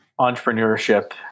entrepreneurship